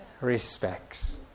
Respects